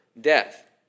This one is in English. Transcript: death